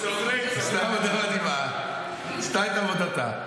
עשתה עבודה מדהימה, עשתה את עבודתה.